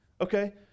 Okay